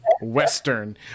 Western